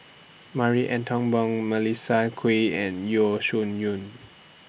Marie Ethel Bong Melissa Kwee and Yeo Shih Yun